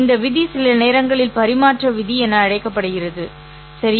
இந்த விதி சில நேரங்களில் பரிமாற்ற விதி என அழைக்கப்படுகிறது சரி